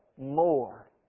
more